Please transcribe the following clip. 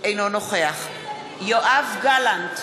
אינו נוכח יואב גלנט,